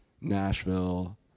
nashville